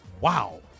wow